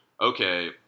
okay